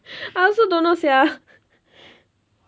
I also don't know sia